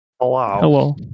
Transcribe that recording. Hello